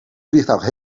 vliegtuig